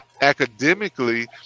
academically